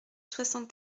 soixante